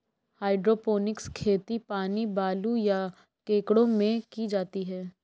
hydroponics खेती पानी, बालू, या कंकड़ों में की जाती है